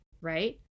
right